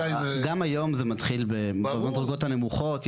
לא, גם היום זה מתחיל במדרגות הנמוכות.